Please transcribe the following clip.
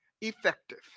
effective